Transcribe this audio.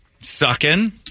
sucking